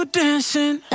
dancing